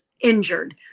injured